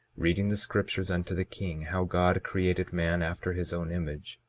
reading the scriptures unto the king how god created man after his own image,